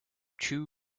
chu